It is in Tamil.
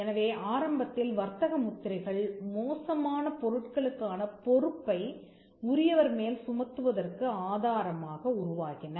எனவே ஆரம்பத்தில் வர்த்தக முத்திரைகள் மோசமான பொருட்களுக்கான பொறுப்பை உரியவர் மேல் சுமத்துவதற்கு ஆதாரமாக உருவாகின